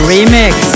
Remix